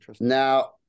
Now